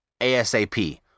ASAP